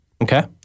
Okay